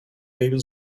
jej